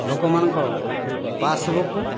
ଲୋକମାନଙ୍କ ପାସବୁକ୍